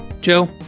Joe